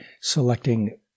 selecting